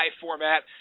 format